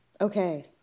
Okay